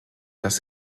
das